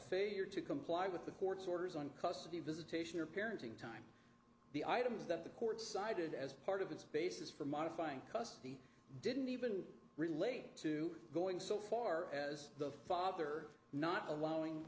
failure to comply with the court's orders on custody visitation or parenting time the items that the court cited as part of its basis for modifying custody didn't even relate to going so far as the father not